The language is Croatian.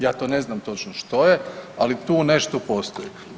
Ja to ne znam točno što je, ali tu nešto postoji.